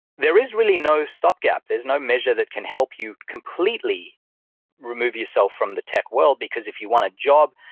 there is really no stopgap. there's no measure that can help you completely remove yourself from the tech world because if you want a job,